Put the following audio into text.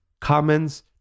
comments